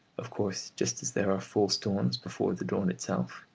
of course just as there are false dawns before the dawn itself,